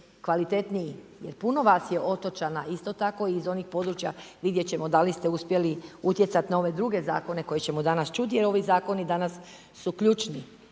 Jer puno vas je otočana isto tako iz onih područja vidjeti ćemo da li ste uspjeli utjecati na ove druge zakone koje ćemo danas čuti jer ovi zakoni danas su ključni.